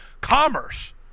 commerce